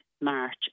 March